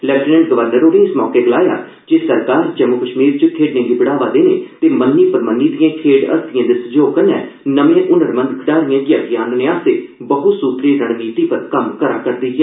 lieutenant governor होरें इस मौके गलाया जे सरकार जम्मू कश्मीर च खेड्ढे गी बढ़ावा देने ते मन्नी परमन्नी दिएं खेड्ढ हस्तिएं दे सैह्योग कन्नै नमें हनरमंद खड्ढारिएं गी अग्गे आह्नने आस्तै बह सूतरी रणनीति पर कम्म करै करदी ऐ